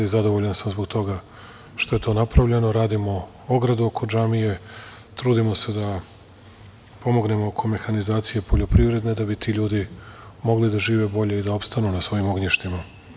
Zadovoljan sam zbog toga što je to napravljeno, radimo ogradu oko džamije, trudimo se da pomognemo oko mehanizacije poljoprivredne da bi ti ljudi mogli da žive bolje i da opstanu na svojim ognjištima.